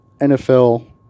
NFL